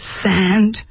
sand